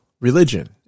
religion